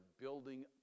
building